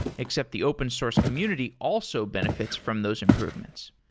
except the open source community also benefits from those improvements.